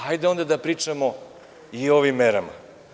Hajde onda da pričamo i o ovim merama.